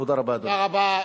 תודה רבה,